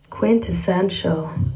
quintessential